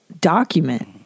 document